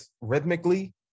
rhythmically